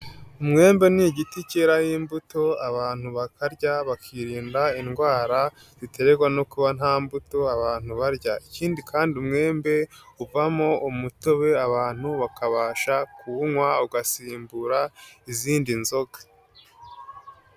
Umwembe ni igiti cyeraho imbuto abantu bakarya bakirinda indwara ziterwa no kuba nta mbuto abantu barya. Ikindi kandi umwembe, uvamo umutobe abantu bakabasha kuwunywa, ugasimbura izindi nzoga.